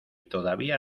todavía